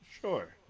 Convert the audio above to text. Sure